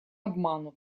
обманут